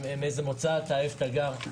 מאיזה מוצא אתה או איפה אתה גר.